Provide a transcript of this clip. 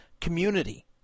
community